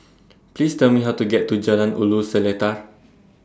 Please Tell Me How to get to Jalan Ulu Seletar